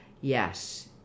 Yes